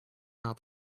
not